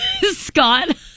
Scott